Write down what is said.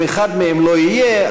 אם אחד מהם לא יהיה,